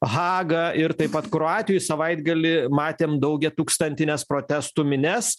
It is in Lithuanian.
haga ir taip pat kroatijoj savaitgalį matėm daugiatūkstantines protestų minias